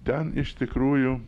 ten iš tikrųjų